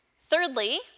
Thirdly